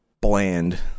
Bland